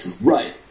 Right